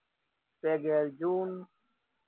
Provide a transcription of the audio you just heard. ᱯᱮ ᱜᱮᱞ ᱡᱩᱱ